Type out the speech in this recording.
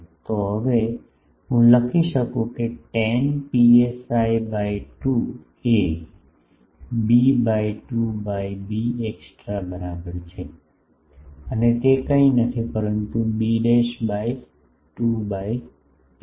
તો હવે હું લખી શકું છું tan પીએસઆઇ બાય 2 એ B by 2 by B extra બરાબર છે અને તે કંઈ નથી પરંતુ બી બાય 2 બાય ρ1